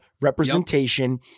representation